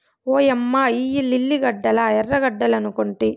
ఓయమ్మ ఇయ్యి లిల్లీ గడ్డలా ఎర్రగడ్డలనుకొంటి